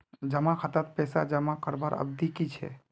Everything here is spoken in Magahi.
जमा खातात पैसा जमा करवार अवधि की छे?